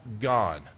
gone